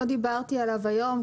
לא דיברתי עליו היום,